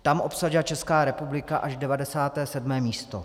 Tam obsadila Česká republika až 97. místo.